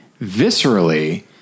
viscerally